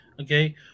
Okay